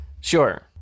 Sure